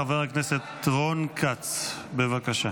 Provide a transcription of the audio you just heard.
חבר הכנסת רון כץ, בבקשה,